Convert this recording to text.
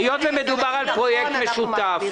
היות ומדובר על פרויקט משותף,